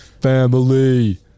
Family